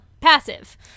passive